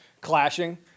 clashing